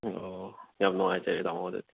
ꯑꯣ ꯌꯥꯝꯅ ꯅꯨꯡꯉꯥꯏꯖꯔꯦ ꯇꯥꯃꯣ ꯑꯗꯨꯗꯤ